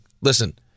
Listen